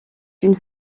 une